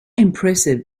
impressive